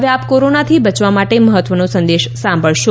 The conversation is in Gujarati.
હવે આપ કોરોનાથી બચવા માટે મહત્વનો સંદેશ સાંભળશો